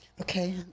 okay